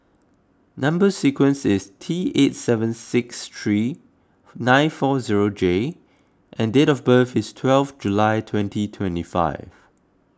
Number Sequence is T eight seven six three nine four zero J and date of birth is twelve July twenty twenty five